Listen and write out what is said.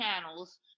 channels